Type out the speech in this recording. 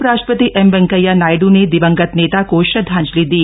उपराष्ट्रपति एम वेंकैया नायड़ ने दिवंगत नेता को श्रदधांजलि दी